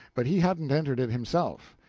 but he hadn't entered it himself.